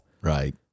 Right